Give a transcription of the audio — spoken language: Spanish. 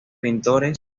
pintores